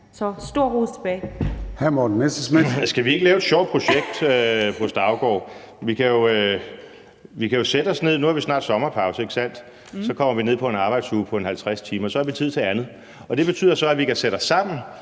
så stor ros tilbage.